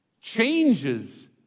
changes